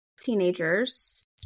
teenagers